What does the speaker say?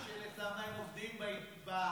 תסבירו לי, למה הם עובדים בהתיישבות?